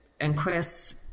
inquests